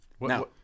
Now